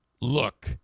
look